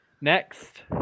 Next